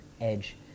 Edge